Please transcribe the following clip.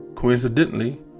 Coincidentally